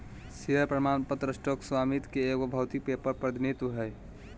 share प्रमाण पत्र stock स्वामित्व के एगो भौतिक पेपर प्रतिनिधित्व हइ